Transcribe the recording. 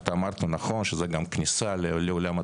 זה גם כניסה לעולם התרבות,